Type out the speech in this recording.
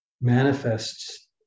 manifests